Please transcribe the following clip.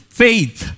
faith